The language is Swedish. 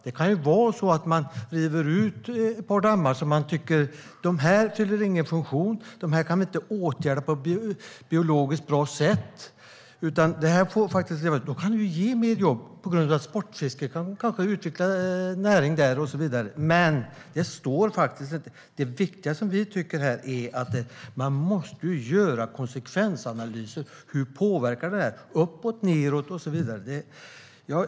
Det kan vara så att man river ett par dammar som inte fyller någon funktion och som inte går att åtgärda på ett biologiskt bra sätt. Det kan ju ge fler jobb om man kanske utvecklar det till sportfiske och så vidare. Men det som vi tycker är viktigt är att man måste göra konsekvensanalyser av hur det påverkar uppåt, nedåt etcetera.